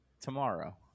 tomorrow